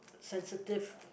sensitive